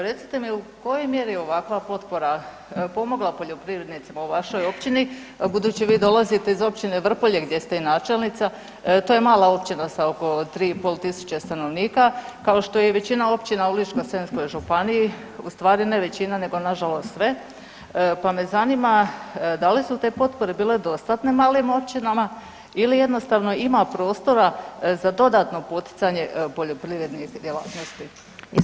Recite mi u kojoj mjeri je ovakva potpora pomogla poljoprivrednicima u vašoj općini budući vi dolazite iz općine Vrpolje gdje ste i načelnica, to je mala općina sa oko 3.500 stanovnika kao što je i većina općina u Ličko-senjskoj županiji, u stvari ne većina nego nažalost sve, pa me zanima da li su te potpore bile dostatne malim općinama ili jednostavno ima prostora za dodatno poticanje poljoprivrednih djelatnosti?